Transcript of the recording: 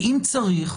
ואם צריך,